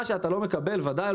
ברשותך אני אתייחס לארבע נקודות.